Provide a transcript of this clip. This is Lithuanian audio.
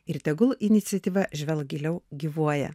ir tegul iniciatyva žvelk giliau gyvuoja